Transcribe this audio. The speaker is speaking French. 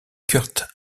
kurt